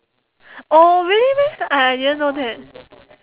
oh really meh I I didn't know that